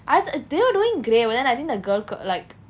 I you know doing grey but then I think the girl could like